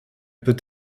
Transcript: peut